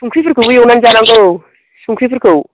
संख्रिफोरखौबो एवनानै जानांगौ संख्रिफोरखौ